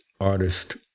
artist